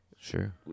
sure